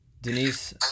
denise